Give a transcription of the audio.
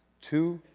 two,